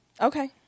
Okay